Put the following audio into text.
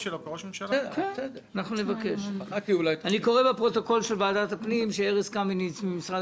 אני קורא בפרוטוקול של ועדת הפנים שארז קמיניץ ממשרד